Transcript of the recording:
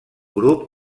grup